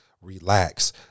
Relax